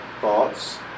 thoughts